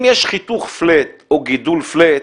אם יש חיתוך פלאט או גידול פלאט